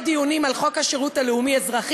דיונים על חוק השירות הלאומי-אזרחי.